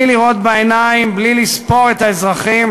בלי לראות בעיניים, בלי לספור את האזרחים,